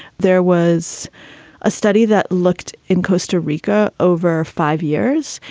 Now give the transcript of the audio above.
there was a study that looked in costa rica over five years.